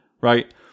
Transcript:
right